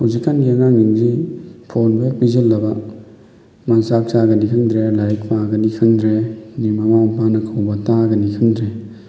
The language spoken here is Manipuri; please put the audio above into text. ꯍꯧꯖꯤꯛꯀꯥꯟꯒꯤ ꯑꯉꯥꯡꯁꯤꯡꯁꯤ ꯐꯣꯟꯕꯨ ꯍꯦꯛ ꯄꯤꯁꯜꯂꯕ ꯃꯥ ꯆꯥꯛ ꯆꯥꯒꯅꯤ ꯈꯪꯗ꯭ꯔꯦ ꯂꯥꯏꯔꯤꯛ ꯄꯥꯒꯅꯤ ꯈꯪꯗ꯭ꯔꯦ ꯃꯃꯥ ꯃꯄꯥꯅ ꯀꯧꯕ ꯇꯥꯒꯅꯤ ꯈꯪꯗ꯭ꯔꯦ